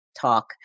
talk